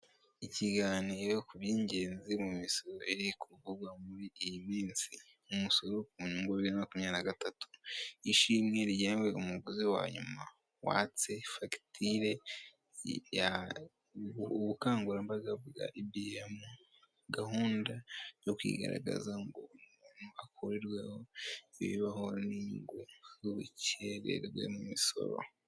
Ikiganiro ku by'ingenzi mu misoro iri kuvugwa muri iyi minsi umusoro ku nyungu bibiri namakumyabiri nagatatu ishimwe rigenwe umuguzi wa nyuma watse fagitire ubukangurambaga bwa ibiyemu gahunda yo kwigaragaza ngo umuntu akorerweho ibibaho n'inyungu z'ubukererwe mu misoro.